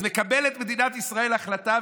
ואז מקבלת מדינת ישראל החלטה,